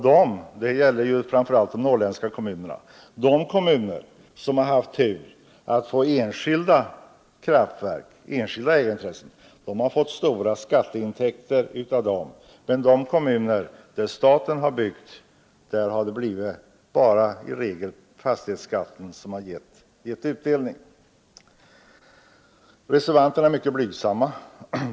De kommuner som har haft turen att få enskilda kraftverk har erhållit stora skatteintäkter, medan de kommuner där staten har byggt i regel bara erhållit utdelning via fastighetsskatten. Reservanterna är mycket blygsamma.